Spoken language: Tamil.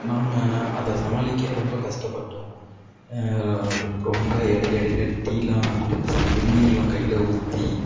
நாங்கள் அதை சமாளிக்க ரொம்ப கஷ்டப்பட்டோம் ரொம்ப இடையில இடையில டீயெலாம் குடித்து வெந்நீரெலாம் கையில் ஊற்றி